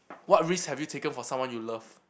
what risk have you taken for someone you love